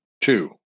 Two